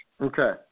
Okay